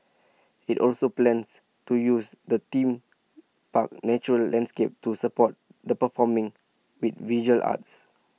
IT also plans to use the theme park's natural landscape to support the performing V visual arts